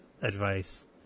Advice